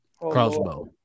crossbow